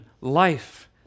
life